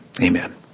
amen